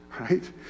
right